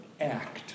act